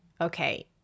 Okay